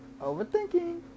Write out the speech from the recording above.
Overthinking